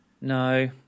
No